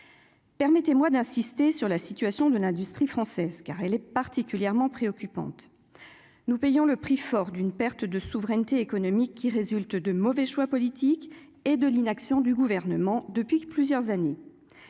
permettez-moi d'insister sur la situation de l'industrie française car elle est particulièrement préoccupante, nous payons le prix fort, d'une perte de souveraineté économique qui résulte de mauvais choix politiques et de l'inaction du gouvernement depuis plusieurs années,